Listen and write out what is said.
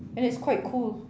and it's quite cool